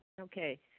Okay